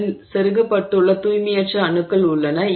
அதில் செருகப்பட்டுள்ள தூய்மையற்ற அணுக்கள் உள்ளன